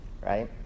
right